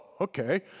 okay